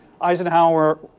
Eisenhower